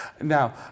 Now